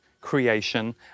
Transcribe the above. creation